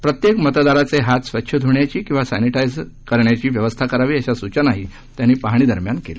प्रत्येक मतदाराचे हात स्वच्छ ध्रण्याची किंवा सर्निंटायझ करण्याची व्यवस्था करावी अशा सूचना त्यांनी पहाणी दरम्यान केल्या